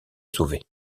sauver